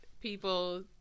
people